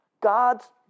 God's